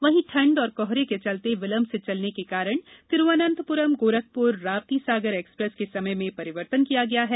वहीं ठंड और कोहरा के चलते विलम्ब से चलने के कारण तिरूअनंतपुरम गौरखपुर राप्ती सागर एक्सप्रेस के समय में परिवर्तन किया गया है